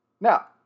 Now